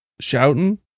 shouting